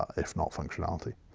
if not functionality.